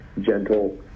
gentle